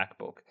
macbook